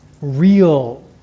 real